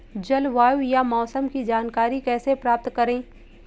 जलवायु या मौसम की जानकारी कैसे प्राप्त करें?